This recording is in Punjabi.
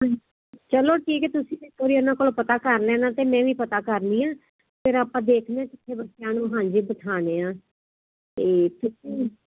ਚਲੋ ਠੀਕ ਹੈ ਤੁਸੀਂ ਇੱਕ ਵਾਰੀ ਇਹਨਾਂ ਕੋਲੋਂ ਪਤਾ ਕਰ ਲੈਣਾ ਅਤੇ ਮੈਂ ਵੀ ਪਤਾ ਕਰਨੀ ਆ ਫਿਰ ਆਪਾਂ ਦੇਖਦੇ ਆ ਕਿੱਥੇ ਬੱਚਿਆਂ ਨੂੰ ਹਾਂਜੀ ਬਿਠਾਣੇ ਆ ਅਤੇ